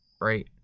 right